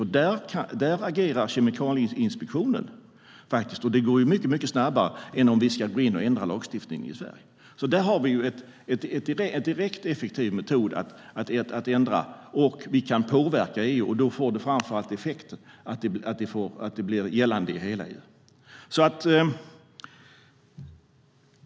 Där agerar faktiskt Kemikalieinspektionen och det går mycket snabbare än om vi ska gå in och ändra lagstiftningen i Sverige. Där har vi en direkt, effektiv metod att ändra, och vi kan påverka EU. Då får det framför allt den effekten att det blir gällande i hela EU.